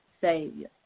savior